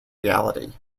reality